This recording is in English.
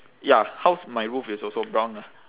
ya house my roof is also brown ah